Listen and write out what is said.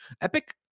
epic